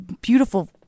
beautiful